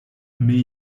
mais